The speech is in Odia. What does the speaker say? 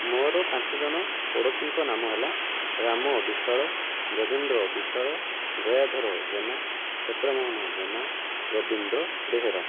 ମୋର ପାଞ୍ଚଜଣ ପଡ଼ୋଶୀଙ୍କ ନାମ ହେଲା ରାମ ବିଶ୍ୱାଳ ଗଜେନ୍ଦ୍ର ବିଶ୍ୱାଳ ଗୟାଧର ଜେନା କ୍ଷେତ୍ରମୋହନ ଜେନା ରବୀନ୍ଦ୍ର ବେହେରା